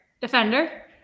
defender